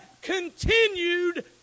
continued